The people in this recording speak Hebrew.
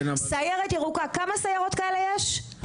סיירת ירוקה, כמה סיירות כאלה יש?